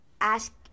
ask